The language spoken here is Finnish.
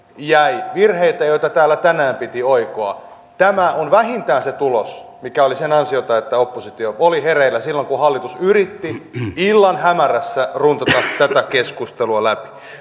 jäi virheitä joita täällä tänään piti oikoa tämä on vähintään se tulos mikä oli sen ansiota että oppositio oli hereillä silloin kun hallitus yritti illan hämärässä runtata tätä keskustelua läpi